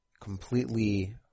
completely